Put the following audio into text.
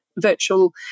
virtual